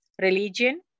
religion